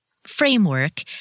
framework